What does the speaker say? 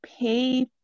pay